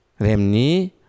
Remni